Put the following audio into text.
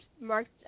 marked